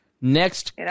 Next